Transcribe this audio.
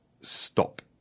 stop